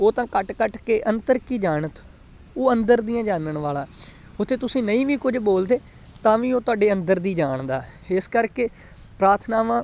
ਉਹ ਤਾਂ ਘਟ ਘਟ ਕੇ ਅੰਤਰ ਕੀ ਜਾਨਤ ਉਹ ਅੰਦਰ ਦੀਆਂ ਜਾਨਣ ਵਾਲਾ ਉੱਥੇ ਤੁਸੀਂ ਨਹੀਂ ਵੀ ਕੁਝ ਬੋਲਦੇ ਤਾਂ ਵੀ ਉਹ ਤੁਹਾਡੇ ਅੰਦਰ ਦੀ ਜਾਣਦਾ ਇਸ ਕਰਕੇ ਪ੍ਰਾਰਥਨਾਵਾਂ